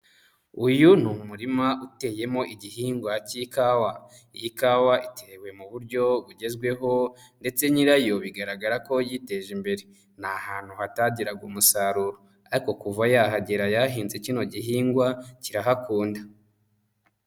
Uyu ni umurima uteyemo igihingwa cy'ikawa, iyi kawa itewe mu buryo bugezweho, ndetse nyirayo bigaragara ko yiteje imbere, ni ahantu hatagiraga umusaruro, ariko kuva yahagera yahahinze kino gihingwa kirahakunda.